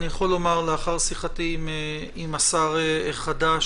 אני יכול לומר לאחר שיחתי עם השר החדש,